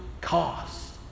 cost